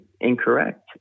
incorrect